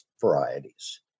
varieties